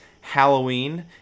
Halloween